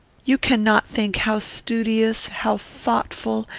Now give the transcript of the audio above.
you cannot think how studious, how thoughtful,